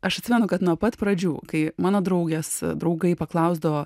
aš atsimenu kad nuo pat pradžių kai mano draugės draugai paklausdavo